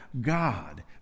God